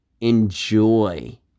enjoy